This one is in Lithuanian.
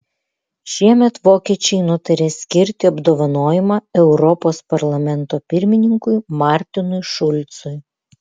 šiemet vokiečiai nutarė skirti apdovanojimą europos parlamento pirmininkui martinui šulcui